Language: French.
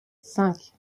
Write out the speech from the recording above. cinq